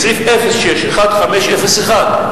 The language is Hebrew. בסעיף 061501,